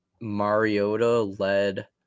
Mariota-led